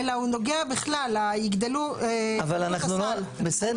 אלא הוא נוגע בכלל --- אבל אנחנו --- אם